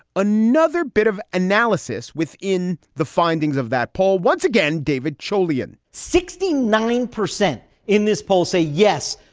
another bit of analysis within the findings of that poll. once again, david chalian sixty nine percent in this poll say, yes,